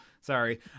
sorry